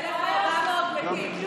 1,400 מתים.